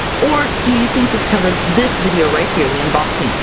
or do you think this covered this video right here, the unboxing,